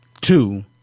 two